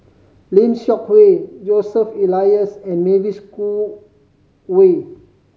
Lim Seok Hui Joseph Elias and Mavis Khoo Oei